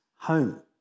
home